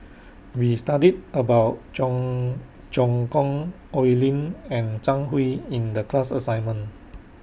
We studied about Cheong Choong Kong Oi Lin and Zhang Hui in The class assignment